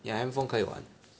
ya handphone 可以玩